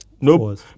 Nope